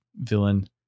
Villain